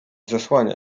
zasłania